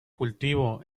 cultivo